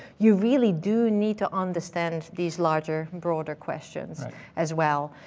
you really do need to understand these larger, broader questions as well.